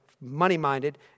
money-minded